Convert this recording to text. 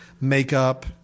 makeup